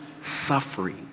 suffering